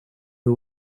who